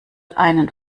einen